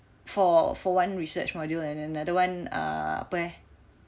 for for one research module and another one eh apa eh